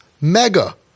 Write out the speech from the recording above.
mega